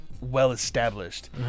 well-established